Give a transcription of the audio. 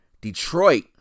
Detroit